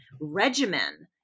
regimen